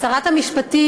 שרת המשפטים,